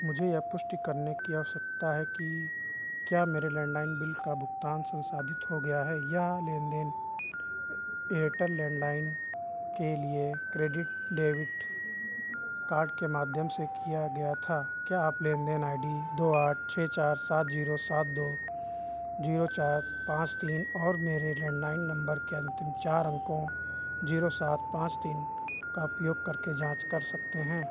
मुझे यह पुष्टि करने की आवस्यकता है कि क्या मेरे लैंडलाइन बिल का भुगतान संसाधित हो गया है यह लेन देन एयरटेल लैंडलाइन के लिए क्रेडिट डेबिट कार्ड के माध्यम से किया गया था क्या आप लेन देन आई डी दो आठ छः चार सात जीरो सात दो जीरो चार पाँच तीन और मेरे लैंडलाइन नंबर के अंतिम चार अंकों जीरो सात पाँच तीन का उपयोग करके जाँच कर सकते हैं